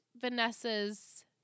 Vanessa's